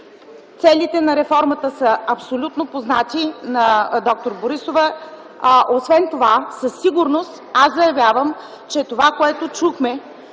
Целите на реформата са абсолютно познати на д-р Борисова. Със сигурност заявявам, че това, което чухме,